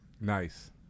Nice